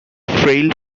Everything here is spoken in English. frail